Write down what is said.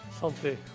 Santé